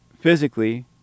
physically